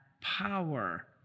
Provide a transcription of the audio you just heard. power